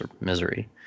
misery